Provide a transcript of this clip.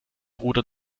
bruder